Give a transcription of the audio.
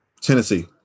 Tennessee